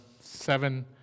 seven